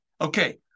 Okay